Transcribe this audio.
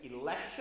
election